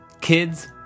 Kids